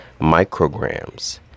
micrograms